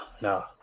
no